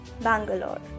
Bangalore